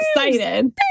excited